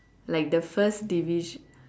like the first division